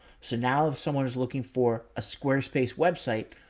so now if someone is looking for a squarespace website,